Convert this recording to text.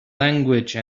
language